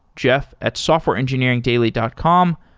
jeff at softwareengineeringdaily dot com.